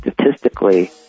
statistically